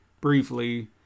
briefly